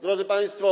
Drodzy Państwo!